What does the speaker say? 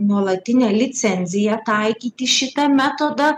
nuolatinę licenziją taikyti šitą metodą